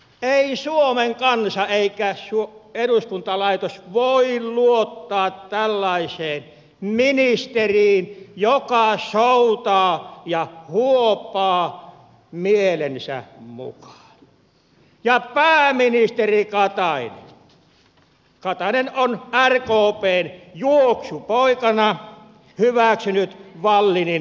ei suomen kansa eikä eduskuntalaitos voi luottaa tällaiseen ministeriin joka soutaa ja huopaa mielensä mukaan ja pääministeri katainen on rkpn juoksupoikana hyväksynyt wallinin väärinkäytökset